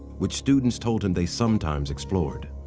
which students told him they sometimes explored.